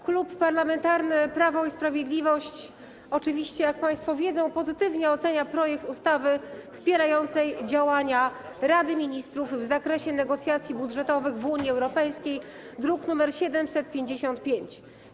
Klub Parlamentarny Prawo i Sprawiedliwość oczywiście, jak państwo wiedzą, pozytywnie ocenia projekt ustawy wspierającej działania Rady Ministrów w zakresie negocjacji budżetowych w Unii Europejskiej, druk nr 755.